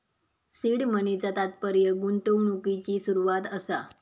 seed मनीचा तात्पर्य गुंतवणुकिची सुरवात असा